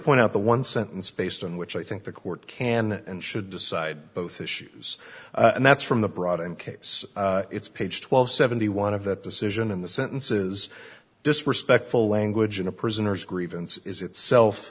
point out the one sentence based on which i think the court can and should decide both issues and that's from the broad and kates it's page twelve seventy one of that decision in the sentence is disrespectful language in a prisoner's grievance is itself